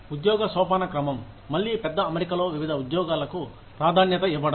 ఉద్యోగ సోపానక్రమం మళ్లీ పెద్ద అమరికలో వివిధ ఉద్యోగాలకు ప్రాధాన్యత ఇవ్వడం